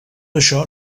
això